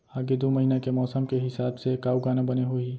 आगे दू महीना के मौसम के हिसाब से का उगाना बने होही?